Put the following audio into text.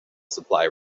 supply